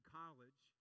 college